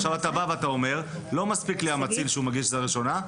עכשיו אתה בא ואומר: לא מספיק לי המציל שהוא מגיש עזרה ראשונה,